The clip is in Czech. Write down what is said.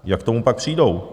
Jak k tomu pak přijdou?